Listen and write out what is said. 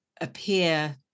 appear